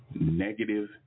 negative